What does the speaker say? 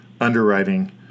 underwriting